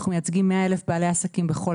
אנחנו מייצגים 100,000 בעלי עסקים בכל